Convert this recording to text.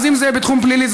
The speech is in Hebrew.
אם זה בתחום הפלילי,